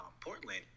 Portland